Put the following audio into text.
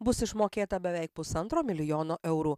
bus išmokėta beveik pusantro milijono eurų